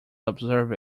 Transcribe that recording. observe